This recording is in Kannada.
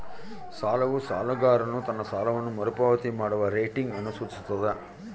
ಸಾಲವು ಸಾಲಗಾರನು ತನ್ನ ಸಾಲವನ್ನು ಮರುಪಾವತಿ ಮಾಡುವ ರೇಟಿಂಗ್ ಅನ್ನು ಸೂಚಿಸ್ತದ